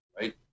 Right